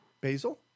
Basil